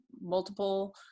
multiple